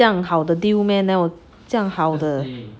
这样好的 deal meh 那有这样好的